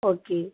okay